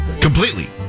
Completely